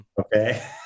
Okay